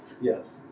Yes